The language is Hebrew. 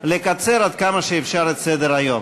לקצר עד כמה שאפשר את סדר-היום.